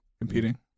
competing